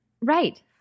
Right